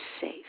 safe